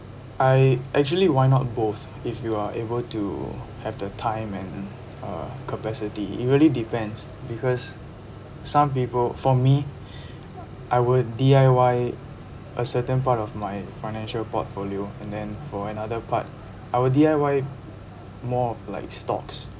I actually why not both if you are able to have the time and uh capacity it really depends because some people for me I would D_I_Y a certain part of my financial portfolio and then for another part I will D_I_Y more of like stocks